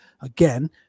again